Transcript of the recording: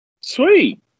Sweet